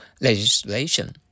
legislation